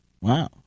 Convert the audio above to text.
wow